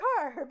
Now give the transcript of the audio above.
carbs